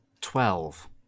Twelve